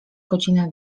godzina